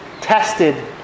tested